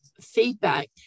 feedback